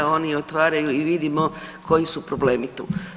Oni otvaraju i vidimo koji su problemi tu.